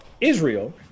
Israel